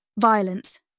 violence